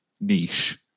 niche